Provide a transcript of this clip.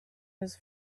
his